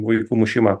vaikų mušimą